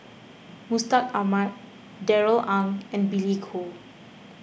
Mustaq Ahmad Darrell Ang and Billy Koh